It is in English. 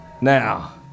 Now